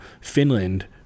Finland